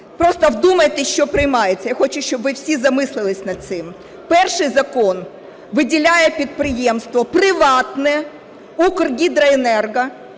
Просто вдумайтесь, що приймаєте. Я хочу, щоб ви всі замислились над цим. Перший закон виділяє підприємство, приватне, "Укргідроенерго",